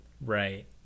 Right